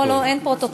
לא, לא, אין פרוטוקול.